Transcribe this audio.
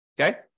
Okay